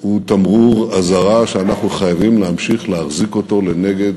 הוא תמרור אזהרה שאנחנו חייבים להמשיך להחזיק אותו לנגד